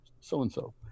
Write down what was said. so-and-so